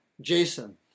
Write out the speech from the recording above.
Jason